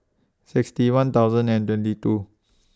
sixty one thousand twenty two